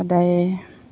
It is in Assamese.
সদায়ে